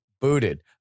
booted